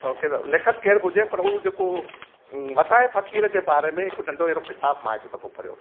लेखक केरु बि हुजे पर हू जेको हूं वताये फ़कीर जे बारे में हिक नंढो अहिड़ो किताबु मां हिकु दफ़ो पढ़ियो आहे